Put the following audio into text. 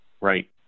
right